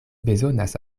bezonas